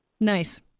Nice